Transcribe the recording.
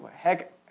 heck